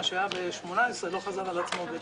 מה שהיה ב-2018 לא חזר על עצמו ב-2019.